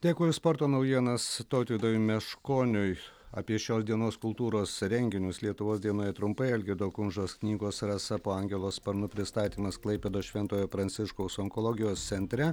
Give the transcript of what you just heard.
dėkoju sporto naujienas tautvydui meškoniui apie šios dienos kultūros renginius lietuvos dienoje trumpai algirdo kumžos knygos rasa po angelo sparnu pristatymas klaipėdos šventojo pranciškaus onkologijos centre